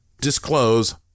disclose